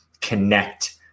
connect